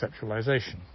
conceptualization